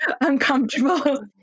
uncomfortable